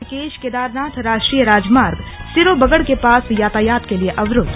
ऋषिकेश केदारनाथ राष्ट्रीय राजमार्ग सिरोबगड़ के पास यातायात के लिए अवरूद्व